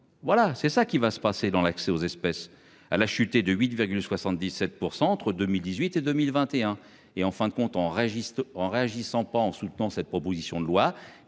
Voilà, c'est ça qui va se passer dans l'accès aux espèces à l'a chuté de 8,77% entre 2018 et 2021, et en fin de compte en résiste en réagissant pas en soutenant cette proposition de loi